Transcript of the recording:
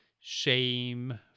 shame